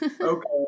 Okay